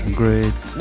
great